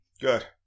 Good